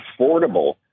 affordable